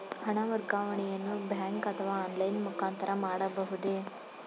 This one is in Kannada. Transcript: ಹಣ ವರ್ಗಾವಣೆಯನ್ನು ಬ್ಯಾಂಕ್ ಅಥವಾ ಆನ್ಲೈನ್ ಮುಖಾಂತರ ಮಾಡಬಹುದೇ?